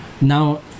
Now